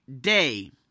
day